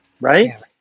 Right